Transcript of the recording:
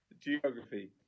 geography